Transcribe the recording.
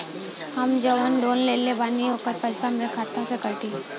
हम जवन लोन लेले बानी होकर पैसा हमरे खाते से कटी?